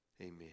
amen